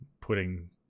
putting